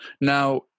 Now